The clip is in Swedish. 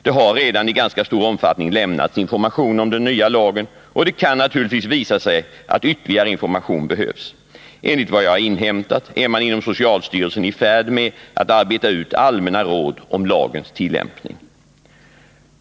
Det har redan i ganska stor omfattning lämnats information om den nya lagen, och det kan naturligtvis visa sig att ytterligare information behövs. Enligt vad jag har inhämtat är man inom socialstyrelsen i färd med att arbeta ut allmänna råd om lagens tillämpning.